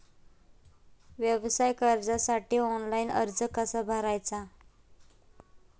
व्यवसाय कर्जासाठी ऑनलाइन अर्ज कसा भरायचा?